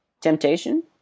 temptation